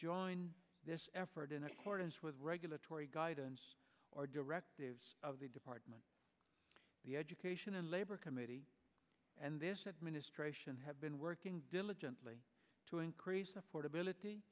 join this effort in accordance with regulatory guidance or directive of the department the education and labor committee and this administration have been working diligently to increase affordability